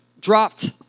dropped